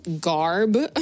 garb